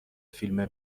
فیلم